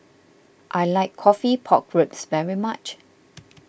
I like Coffee Pork Ribs very much